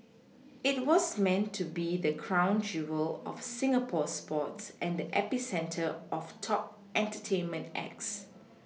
it was meant to be the crown jewel of Singapore sports and the epicentre of top entertainment acts